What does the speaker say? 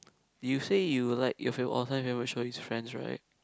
you say you like your favourite all time favourite show is Friends right